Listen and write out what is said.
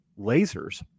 lasers